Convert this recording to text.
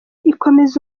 ikomeza